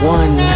one